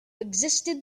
existed